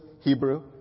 Hebrew